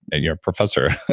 and you're a professor,